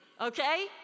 okay